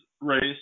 race